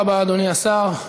תודה רבה, אדוני השר.